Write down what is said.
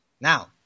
Now